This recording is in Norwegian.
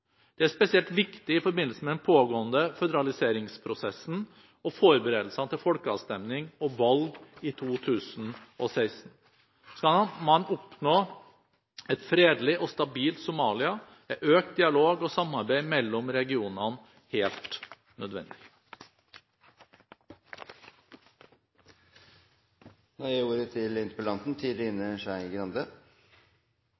Det er spesielt viktig i forbindelse med den pågående føderaliseringsprosessen og forberedelsene til folkeavstemning og valg i 2016. Skal man oppnå et fredelig og stabilt Somalia, er økt dialog og samarbeid mellom regionene helt nødvendig. Jeg